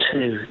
Two